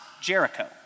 Jericho